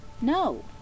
No